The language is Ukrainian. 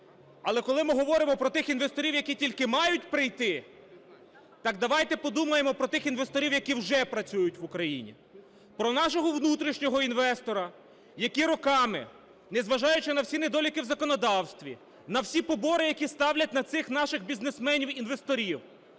Але коли ми говоримо про тих інвесторів, які тільки мають прийти, так давайте подумаємо про тих інвесторів, які вже працюють в Україні, про нашого внутрішнього інвестора, який роками, не зважаючи на всі недоліки в законодавстві, на всі побори, які ставлять на цих наших бізнесменів-інвесторів.